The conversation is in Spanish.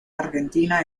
argentina